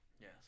yes